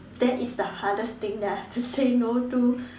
that is the hardest thing that I have to say no to